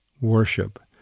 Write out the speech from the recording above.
worship